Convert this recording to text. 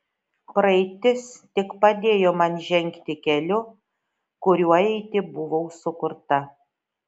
praeitis tik padėjo man žengti keliu kuriuo eiti buvau sukurta